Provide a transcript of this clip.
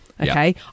Okay